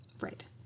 Right